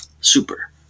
super